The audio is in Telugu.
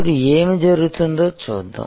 ఇప్పుడు ఏమి జరుగుతుందో చూద్దాం